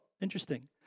Interesting